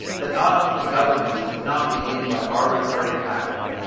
that not only governments did not begin by arbitrary power,